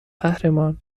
قهرمان